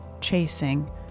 chasing